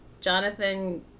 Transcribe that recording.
Jonathan